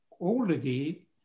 already